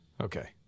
Okay